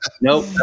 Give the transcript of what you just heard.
nope